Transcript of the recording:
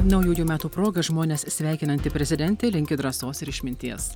naujųjų metų proga žmones sveikinanti prezidentė linki drąsos ir išminties